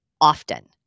often